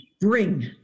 bring